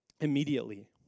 immediately